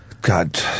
God